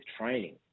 training